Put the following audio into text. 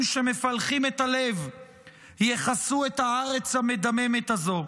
שמפלחים את הלב יכסו את הארץ המדממת הזו?